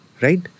Right